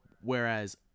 Whereas